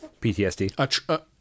PTSD